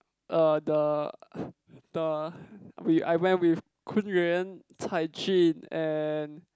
er the the we I went with Kun-Yuan Cai-Jun and